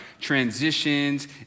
transitions